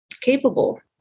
capable